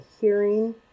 hearing